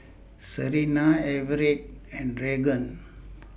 Serina Everette and Raegan